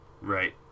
Right